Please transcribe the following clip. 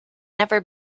never